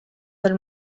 del